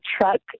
truck